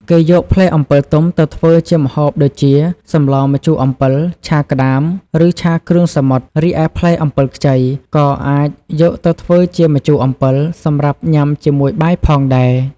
គេយកផ្លែអំពិលទុំទៅធ្វើជាម្ហូបដូចជា សម្លរម្ជូរអំពិល ឆាក្ដាម ឬ ឆាគ្រឿងសមុទ្រ។ រីឯផ្លែអំពិលខ្ចីក៏អាចយកទៅធ្វើជា ម្ជូរអំពិល សម្រាប់ញ៉ាំជាមួយបាយផងដែរ។